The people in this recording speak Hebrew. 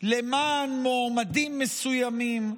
למען מועמדים מסוימים,